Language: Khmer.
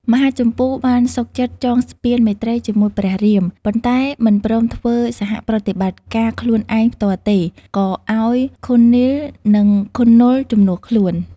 មហាជម្ពូ បានសុខចិត្តចងស្ពានមេត្រីជាមួយព្រះរាម ប៉ុន្តែមិនព្រមធ្វើសហប្រតិបត្តិការខ្លួនឯងផ្ទាល់ទេ ក៏ឱ្យខុននីល និងខុននលជំនួសខ្លួន។